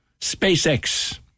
SpaceX